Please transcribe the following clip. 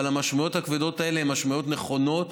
אבל המשמעויות הכבדות האלו הן משמעויות נכונות,